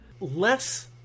Less